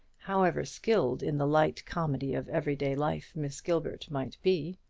however skilled in the light comedy of every-day life mrs. gilbert might be.